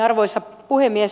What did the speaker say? arvoisa puhemies